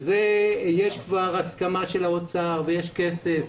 יש כבר הסכמה של האוצר, יש כסף,